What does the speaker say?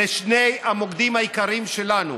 אלה שני המוקדים העיקריים שלנו